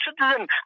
citizen